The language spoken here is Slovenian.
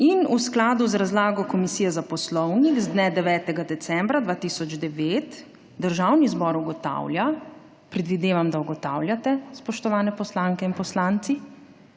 in v skladu z razlago Komisije za poslovnik z dne 9. decembra 2009 Državni zbor ugotavlja, predvidevam, da ugotavljate, spoštovani poslanke in poslanci,